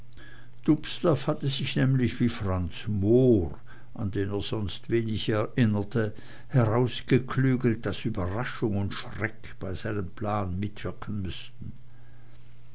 dubslav hatte sich nämlich wie franz moor an den er sonst wenig erinnerte herausgeklügelt daß überraschung und schreck bei seinem plan mitwirken müßten